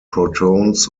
protons